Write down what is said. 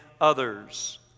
others